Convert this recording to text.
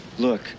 Look